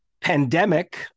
pandemic